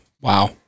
wow